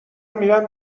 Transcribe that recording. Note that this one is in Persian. میرم